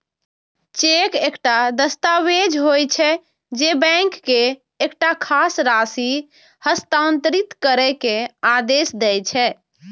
cheque एकटा दस्तावेज होइ छै, जे बैंक के एकटा खास राशि हस्तांतरित करै के आदेश दै छै